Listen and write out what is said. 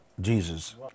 Jesus